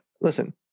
Listen